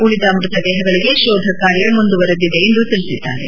ಉಳಿದ ಮೃತ ದೇಹಗಳಿಗೆ ಶೋಧ ಕಾರ್ಯ ಮುಂದುವರಿದಿದೆ ಎಂದು ತಿಳಿಸಿದ್ದಾರೆ